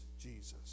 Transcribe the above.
Jesus